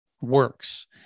works